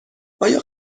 آیا